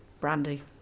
brandy